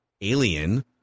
Alien